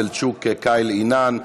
סלצ'וק קייל עינן,